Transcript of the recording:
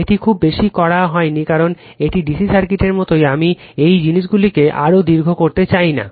এটি খুব বেশি করা হয়নি কারণ এটি ডিসি সার্কিটের মতোই আমি এই জিনিসগুলিকে আরও দীর্ঘ করতে চাইনি